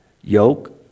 Yoke